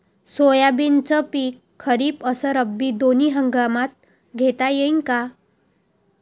सोयाबीनचं पिक खरीप अस रब्बी दोनी हंगामात घेता येईन का?